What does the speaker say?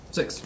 Six